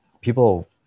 people